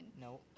No